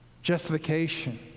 justification